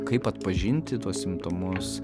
kaip atpažinti tuos simptomus